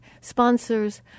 sponsors